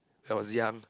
I was young